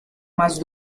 más